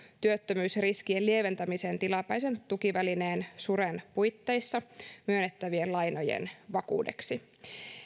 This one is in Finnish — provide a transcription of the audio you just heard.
työttömyysriskien lieventämisen tilapäisen tukivälineen suren puitteissa myönnettävien lainojen vakuudeksi